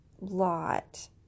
lot